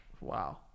Wow